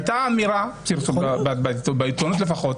הייתה אמירה בעיתונות לפחות,